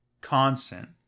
constant